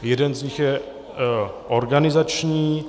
Jeden z nich je organizační.